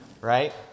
right